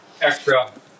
Extra